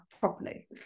properly